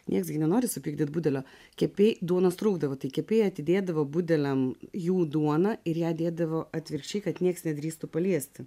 nieks gi nenori supykdyt budelio kepėjai duonos trūkdavo tai kepėjai atidėdavo budeliam jų duoną ir ją dėdavo atvirkščiai kad niekas nedrįstų paliesti